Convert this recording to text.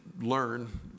learn